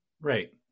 Right